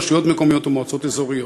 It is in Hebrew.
רשויות מקומיות ומועצות אזוריות.